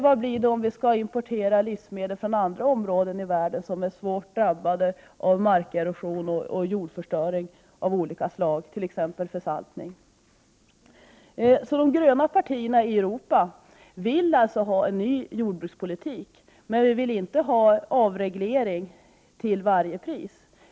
Vad blir följden om vi skall importera livsmedel från andra områden i världen som är svårt drabbade av markerosion och jordförstöring av olika slag, t.ex. försaltning? De gröna partierna i Europa vill alltså ha en ny jordbrukspolitik, men vi vill inte ha avreglering till varje pris.